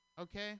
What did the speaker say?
okay